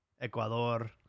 Ecuador